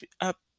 up